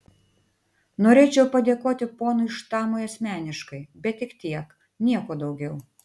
norėčiau padėkoti ponui štamui asmeniškai bet tik tiek nieko daugiau